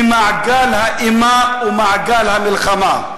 ממעגל האימה ומעגל המלחמה.